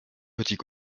petits